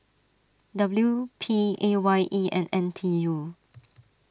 W P A Y E and N T U